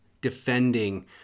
defending